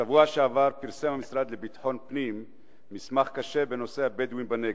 בשבוע שעבר פרסם המשרד לביטחון פנים מסמך קשה בנושא הבדואים בנגב.